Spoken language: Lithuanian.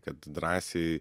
kad drąsiai